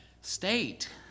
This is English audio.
state